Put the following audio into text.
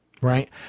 right